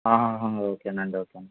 okay అండి okay అండి